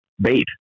bait